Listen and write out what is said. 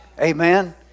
Amen